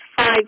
five